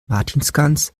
martinsgans